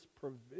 provision